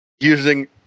using